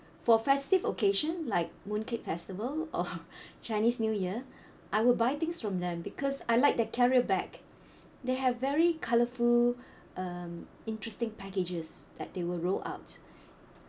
for festive occasion like mooncake festival or chinese new year I will buy things from them because I like their carrier bag they have very colourful (um)interesting packages that they will roll out